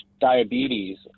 diabetes